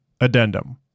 Addendum